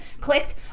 clicked